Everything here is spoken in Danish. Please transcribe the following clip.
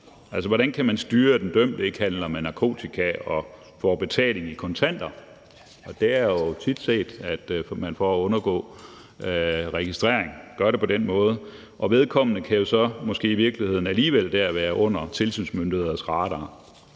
Hvordan kan man styre, at den dømte ikke handler med narkotika og får betaling i kontanter? Det er jo tit set, at man for at undgå registrering gør det på den måde, og vedkommende kan så måske i virkeligheden alligevel der være under tilsynsmyndigheders radar.